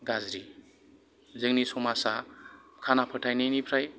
गाज्रि जोंनि समाजा खाना फोथायनाय निफ्राय